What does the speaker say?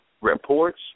reports